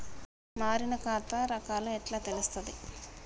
మారిన ఖాతా రకాలు ఎట్లా తెలుత్తది?